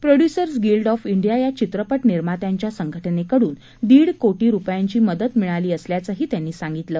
producers guild of India या चित्रपट निर्मात्यांच्या संघटनेकडून दीड करोड रुपयांची ची मदत मिळाली असल्याचंही त्यांनी सांगितलं